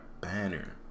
banner